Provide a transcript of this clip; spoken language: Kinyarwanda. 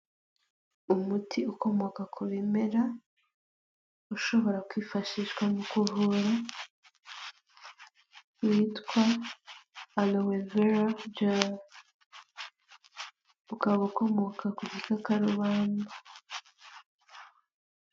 Umuti ukomoka ku bimera, ushobora kwifashishwa mu kuvura, witwa Aloe vera gel, ukaba ukomoka ku gikakarubamba.